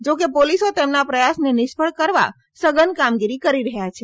જોકે પોલીસો તેમના પ્રયાસોને નિષ્ફળ કરવા સઘન કામગીરી કરી રહ્યા છે